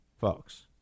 Folks